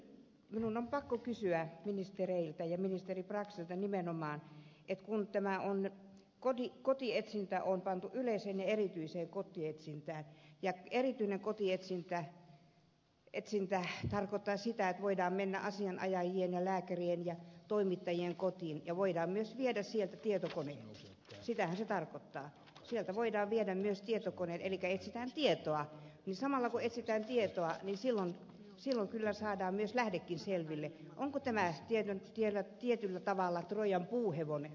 nyt minun on pakko kysyä ministereiltä ja ministeri braxilta nimenomaan että kun tämä kotietsintä on jaettu yleiseen ja erityiseen kotietsintään ja erityinen kotietsintä tarkoittaa sitä että voidaan mennä asianajajien ja lääkärien ja toimittajien kotiin ja voidaan myös viedä sieltä tietokoneet sitähän se tarkoittaa sieltä voidaan viedä myös tietokoneet elikkä etsitään tietoa ja samalla kun etsitään tietoa kyllä saadaan lähdekin selville onko tähän ujutettu tietyllä tavalla troijan puuhevonen